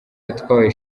yatwaye